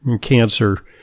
cancer